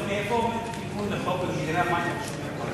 חבר הכנסת גפני,